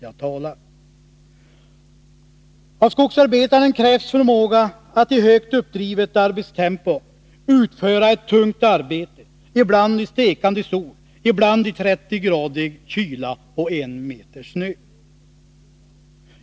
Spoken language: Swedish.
Av skogsarbetaren krävs förmåga att i högt uppdrivet arbetstempo utföra ett tungt arbete, ibland i stekande sol, ibland i 30 graders kyla och en meter djup snö.